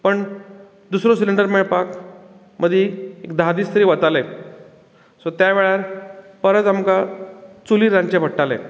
पण दुसरो सिलेंडर मेळपाक मदी एक धा दीस तरी वताले सो त्या वेळार परत आमकां चुलीर रांदचें पडटालें